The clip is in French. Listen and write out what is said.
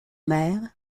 mer